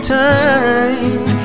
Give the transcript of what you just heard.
time